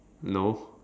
no